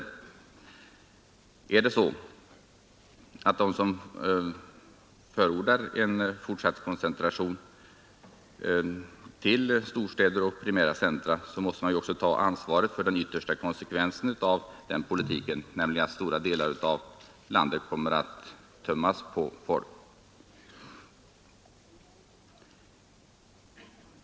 Förordar man en fortsatt koncentration till storstäder och primära centra måste man också ta ansvaret för den yttersta konsekvensen av den politiken, nämligen att stora delar av landet kommer att tömmas på folk.